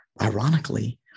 Ironically